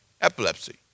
epilepsy